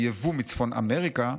ביבוא מצפון אמריקה,